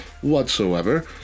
whatsoever